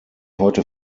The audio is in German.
heute